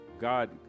God